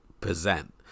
present